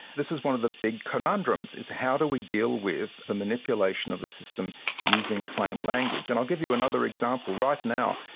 this is one of the big conundrums, is how do we deal with the manipulation of the system using claim language? and i'll give you another example, right now.